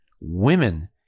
women